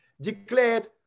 declared